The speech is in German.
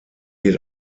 geht